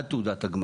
עד תעודת הגמר.